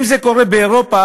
אם זה קורה באירופה,